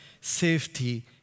safety